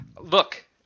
Look